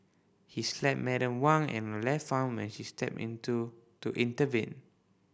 he slapped Madam Wang and her left arm when she stepped in to to intervene